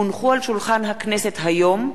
והונחו על שולחן הכנסת היום,